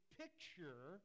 picture